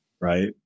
Right